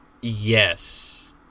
Yes